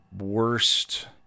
worst